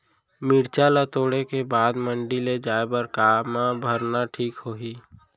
मिरचा ला तोड़े के बाद मंडी ले जाए बर का मा भरना ठीक होही?